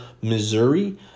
Missouri